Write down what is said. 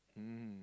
mm